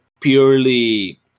purely